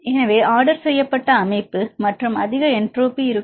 எனவே ஆர்டர் செய்யப்பட்ட அமைப்பு மற்றும் அதிக என்ட்ரோபி இருக்கும்